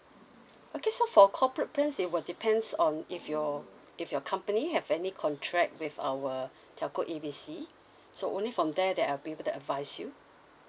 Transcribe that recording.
okay so for corporate plans it will depends on if your if your company have any contract with our telco A B C so only from there that I'll able to advise you